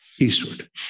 eastward